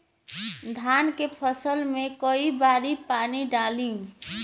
धान के फसल मे कई बारी पानी डाली?